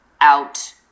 out